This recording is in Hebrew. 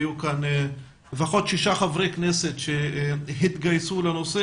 היו כאן לפחות שישה חברי כנסת שהתגייסו לנושא,